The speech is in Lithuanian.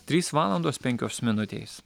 trys valandos penkios minutės